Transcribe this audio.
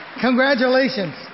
congratulations